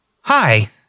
Hi